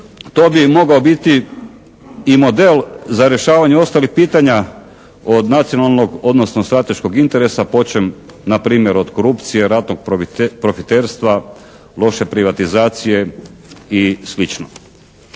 to bi mogao biti i model za rješavanje ostalih pitanja od nacionalnog odnosno strateškog interesa počem npr. od korupcije, ratnog profiterstva, loše privatizacije i